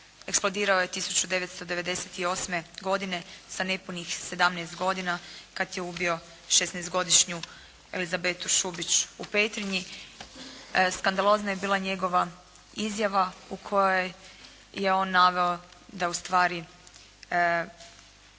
eksplodirao je 1998. godine sa nepunih 17 godina kad je ubio 16 godišnju Elizabetu Šubić u Petrinji. Skandalozna je bila njegova izjava u kojoj je on naveo da u stvari bi